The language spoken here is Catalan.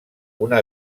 una